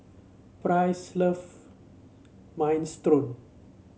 Price love Minestrone